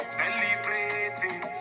celebrating